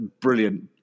brilliant